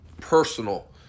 personal